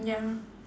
ya